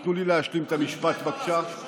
תנו לי להשלים את המשפט, בבקשה.